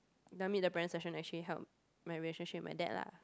the meet the parent session actually help my relationship with my dad lah